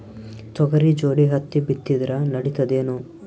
ತೊಗರಿ ಜೋಡಿ ಹತ್ತಿ ಬಿತ್ತಿದ್ರ ನಡಿತದೇನು?